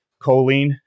choline